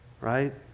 right